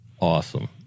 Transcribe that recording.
awesome